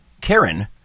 Karen